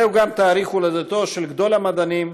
זהו גם תאריך הולדתו של גדול המדענים,